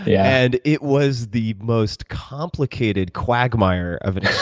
yeah and it was the most complicated quagmire of an